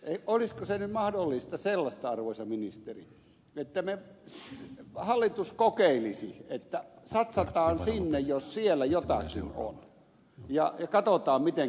olisiko se nyt mahdollista arvoisa ministeri että hallitus kokeilisi että satsataan sinne jos siellä jotakin on ja katsotaan mitenkä käy